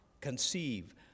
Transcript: conceive